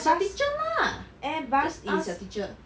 ask your teacher lah who's your teacher